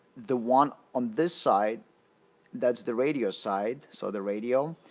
the one on this side that's the radio side so the radio